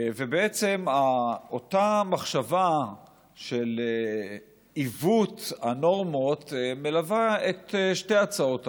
ובעצם אותה המחשבה של עיוות הנורמות מלווה את שתי ההצעות הללו.